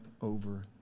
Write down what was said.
over